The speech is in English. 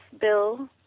bill